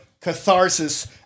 catharsis